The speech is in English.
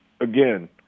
Again